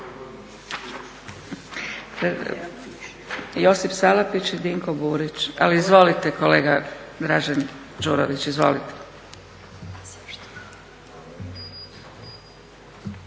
Josip Salapić i Dinko Burić, ali izvolite kolega Dražen Đurović. Izvolite.